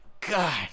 God